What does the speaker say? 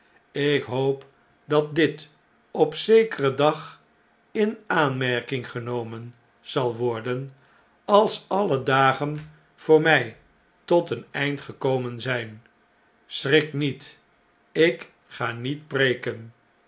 ik hoop dat dit op zekeren dag in aanmerking genomen zal worden als alle dagen voor mjj tot een eind gekomen zjjn schrik niet ik ga niet preeken